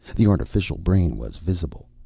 the artificial brain was visible.